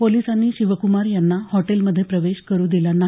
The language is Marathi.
पोलिसांनी शिवकुमार यांना ह्या हॉटेलमध्ये प्रवेश करू दिला नाही